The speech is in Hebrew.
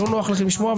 לא נוח לכם לשמוע,